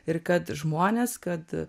ir kad žmonės kad